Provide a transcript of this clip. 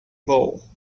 bow